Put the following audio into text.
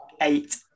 eight